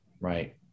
right